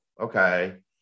okay